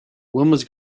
wilma’s